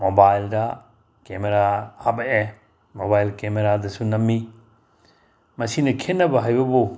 ꯃꯣꯕꯥꯏꯜꯗ ꯀꯦꯃꯦꯔꯥ ꯍꯥꯞꯄꯛꯑꯦ ꯃꯣꯕꯥꯏꯜ ꯀꯦꯃꯦꯔꯥꯗꯁꯨ ꯅꯝꯃꯤ ꯃꯁꯤꯅ ꯈꯦꯠꯅꯕ ꯍꯥꯏꯕꯕꯨ